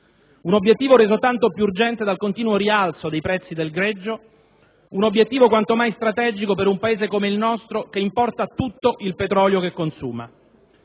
un obiettivo reso tanto più urgente dal continuo rialzo dei prezzi del greggio, un obiettivo quanto mai strategico per un Paese come il nostro che importa tutto il petrolio che consuma.